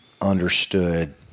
understood